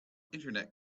internet